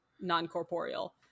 non-corporeal